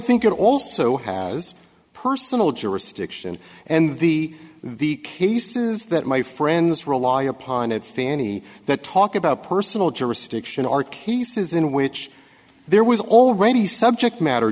think it also has personal jurisdiction and the the cases that my friends rely upon it fanny that talk about personal jurisdiction are cases in which there was already subject matter